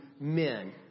men